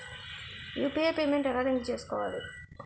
UPI payment ఎలా link చేసుకోవాలి?